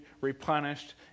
replenished